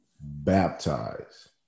Baptize